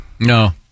No